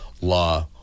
law